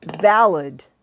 valid